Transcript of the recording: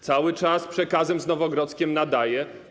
Cały czas przekazem z Nowogrodzkiej nadaje.